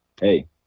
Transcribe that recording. hey